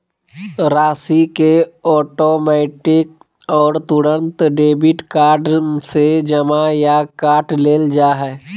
राशि के ऑटोमैटिक और तुरंत डेबिट कार्ड से जमा या काट लेल जा हइ